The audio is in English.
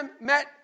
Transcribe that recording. met